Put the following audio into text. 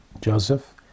Joseph